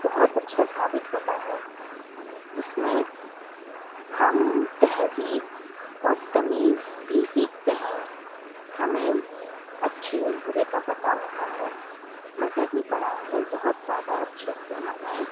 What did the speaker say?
بہت اچھا ثابت ہوتا ہے اس میں ہم تہذیب اور تمیز بھی سیکھتے ہیں ہمیں اچھے اور برے کا پتہ ہوتا ہے مذہبی پڑھائی میں بہت زیادہ اچھے سے ہمیں